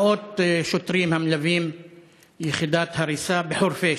מאות שוטרים המלווים יחידת הריסה בחורפיש.